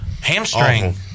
Hamstring